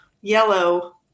yellow